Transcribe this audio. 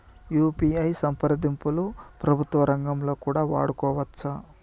UPI సంప్రదింపులు ప్రభుత్వ రంగంలో కూడా వాడుకోవచ్చా?